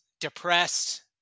depressed